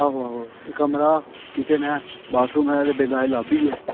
आहो आहो ते कमरा किचन ऐ बाथरूम ऐ ते बिंद हारी लॉबी ऐ